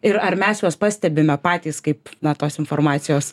ir ar mes juos pastebime patys kaip tos informacijos